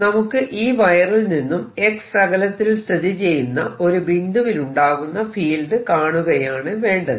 നമുക്ക് ഈ വയറിൽ നിന്നും x അകലത്തിൽ സ്ഥിതിചെയ്യുന്ന ഒരു ബിന്ദുവിലുണ്ടാകുന്ന ഫീൽഡ് കാണുകയാണ് വേണ്ടത്